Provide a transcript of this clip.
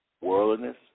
worldliness